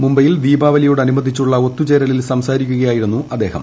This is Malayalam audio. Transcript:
മുബൈയിൽ ദീപാവലിയോടനുബന്ധിച്ചുള്ള ഒത്തുചേരലിൽ സംസാരിക്കുകയായിരുന്നു അദ്ദേഹം